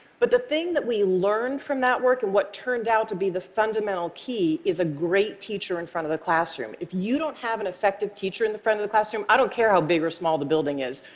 but the thing that we learned from that work, and what turned out to be the fundamental key, is a great teacher in front of the classroom. if you don't have an effective teacher in the front of the classroom, i don't care how big or small the building is,